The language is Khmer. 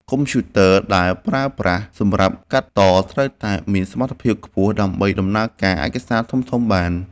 កុំព្យូទ័រដែលប្រើប្រាស់សម្រាប់កាត់តត្រូវតែមានសមត្ថភាពខ្ពស់ដើម្បីដំណើរការឯកសារធំៗបាន។